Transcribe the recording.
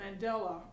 Mandela